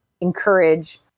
encourage